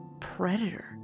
predator